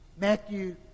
Matthew